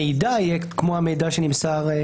אבל המידע יהיה כמו המידע שנמסר.